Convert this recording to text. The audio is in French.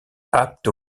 aptes